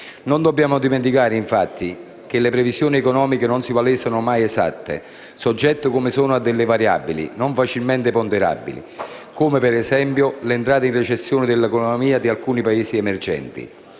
Non dobbiamo dimenticare infatti che le previsioni economiche non si palesano mai esatte, soggette come sono a variabili non facilmente ponderabili, come per esempio l'entrata in recessione dell'economia di alcuni Paesi emergenti